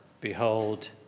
behold